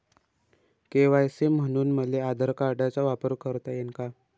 KYC म्हनून मले आधार कार्डाचा वापर करता येईन का?